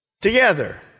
together